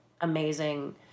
amazing